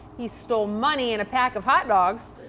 he stole money and a pack of hot dogs.